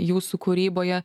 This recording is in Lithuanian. jūsų kūryboje